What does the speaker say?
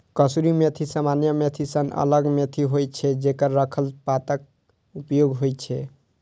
कसूरी मेथी सामान्य मेथी सं अलग मेथी होइ छै, जेकर सूखल पातक उपयोग होइ छै